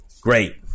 great